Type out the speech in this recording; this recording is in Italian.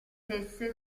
stesse